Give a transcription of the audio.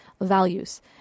values